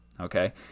okay